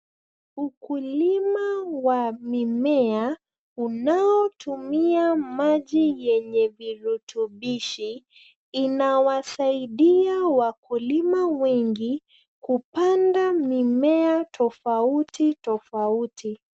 Ukulima wa mimea unaotumia maji enye virutubishi in awasaidia wakulima wengi kupanda mimea tafauti tafauti.